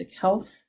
health